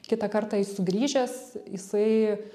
kitą kartą jis sugrįžęs jisai